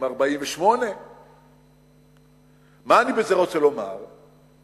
עם 48%. מה אני רוצה לומר בזה?